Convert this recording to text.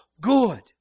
good